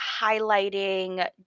highlighting